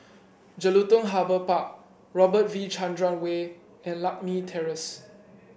Jelutung Harbour Park Robert V Chandran Way and Lakme Terrace